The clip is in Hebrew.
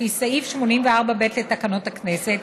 לפי סעיף 84(ב) לתקנון הכנסת,